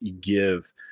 give